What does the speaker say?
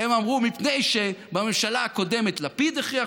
הם אמרו: מפני שבממשלה הקודמת לפיד הכריח